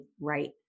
right